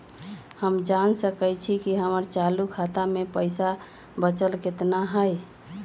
हम जान सकई छी कि हमर चालू खाता में पइसा बचल कितना हई